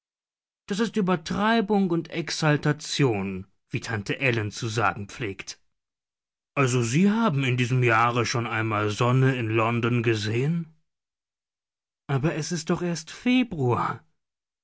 das ist übertreibung und exaltation wie tante ellen zu sagen pflegt also sie haben in diesem jahre schon einmal sonne in london gesehn aber es ist doch erst februar